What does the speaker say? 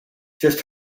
just